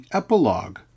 epilogue